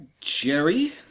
Jerry